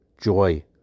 joy